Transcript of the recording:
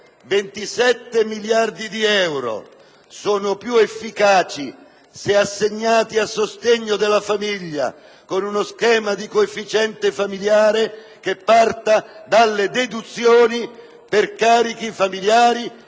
27 miliardi di euro sono più efficaci se assegnati a sostegno della famiglia, con uno schema di coefficiente familiare che parta dalle deduzioni per carichi familiari,